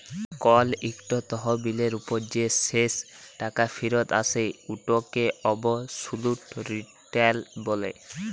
call ইকট তহবিলের উপর যে শেষ টাকা ফিরত আসে উটকে অবসলুট রিটার্ল ব্যলে